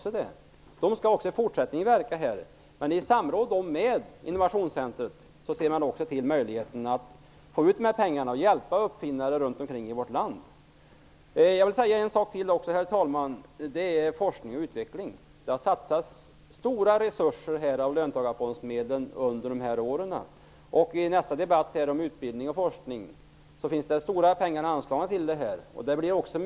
De skall också i fortsättningen verka här. I samråd med innovationscentrumet ser man också till att möjlighet finns att få ut pengarna och att hjälpa uppfinnare runt omkring i vårt land. Herr talman! Det har satsats stora resurser på forskning och utveckling -- pengarna har tagits från löntagarfondsmedlen -- under de här åren. Av nästa debatt, som gäller utbildning och forskning, kommer att framgå att stora summor är anslagna på det här området.